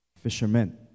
fishermen